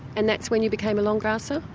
and that's when you became a long grasser?